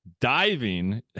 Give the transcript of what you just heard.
diving